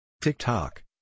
TikTok